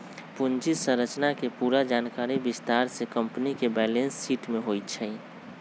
पूंजी संरचना के पूरा जानकारी विस्तार से कम्पनी के बैलेंस शीट में होई छई